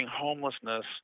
homelessness